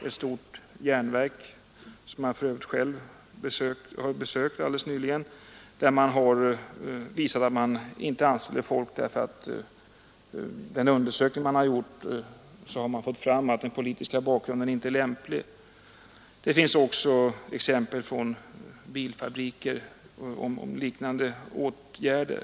Ett stort järnverk, som jag själv för övrigt besökt alldeles nyligen, har visat att man inte anställer folk därför att man vid den undersökning som har gjorts inte funnit deras politiska bakgrund lämplig. Det finns också exempel från bilfabriker på liknande åtgärder.